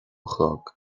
chlog